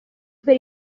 per